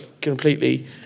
completely